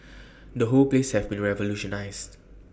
the whole place has been revolutionised